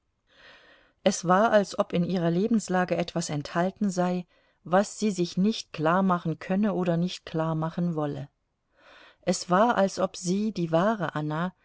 es war als ob in ihrer lebenslage etwas enthalten sei was sie sich nicht klarmachen könne oder nicht klarmachen wolle es war als ob sie die wahre anna